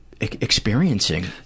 experiencing